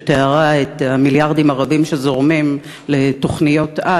שתיארה את המיליארדים הרבים שזורמים לתוכניות-על,